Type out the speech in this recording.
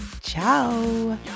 ciao